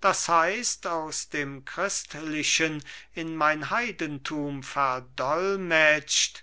das heißt aus dem christlichen in mein heidentum verdolmetscht